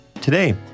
today